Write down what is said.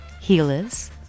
healers